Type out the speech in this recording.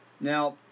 now